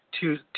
Two